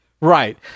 Right